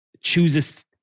chooses